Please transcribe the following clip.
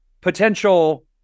potential